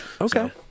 okay